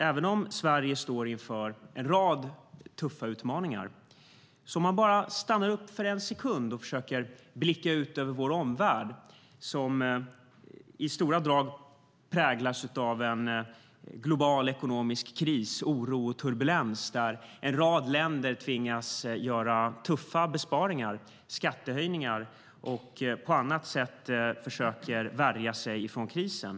Även om Sverige står inför en rad tuffa utmaningar kan man bara stanna upp för en sekund och försöka blicka ut över vår omvärld som i stora drag präglas av en global ekonomisk kris, oro och turbulens där en rad länder tvingas göra tuffa besparingar, skattehöjningar och på andra sätt försöker värja sig från krisen.